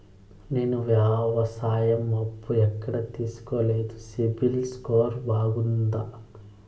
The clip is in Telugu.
నేను వ్యవసాయం అప్పు ఎక్కడ తీసుకోలేదు, సిబిల్ స్కోరు బాగుందా?